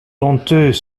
honteux